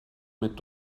mit